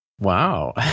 Wow